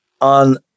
on